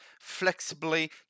flexibly